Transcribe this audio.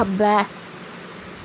खब्बै